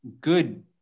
good